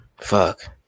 fuck